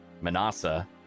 Manasseh